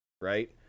right